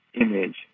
image